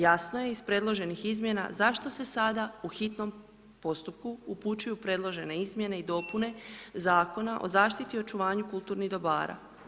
Jasno je iz predloženih izmjena zašto se sada u hitnom postupku upućuju predložene izmjene i dopune Zakona o zaštiti o očuvanju kulturnih dobara.